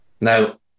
Now